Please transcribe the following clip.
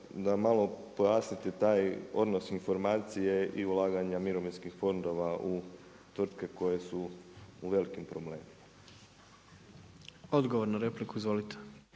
da malo pojasnite taj odnos informacije i ulaganja mirovinskih fondova tvrtki koje su u velikim problemima. **Jandroković,